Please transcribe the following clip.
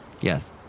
Yes